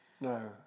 No